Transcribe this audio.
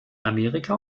amerika